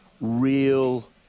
real